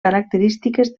característiques